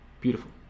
Beautiful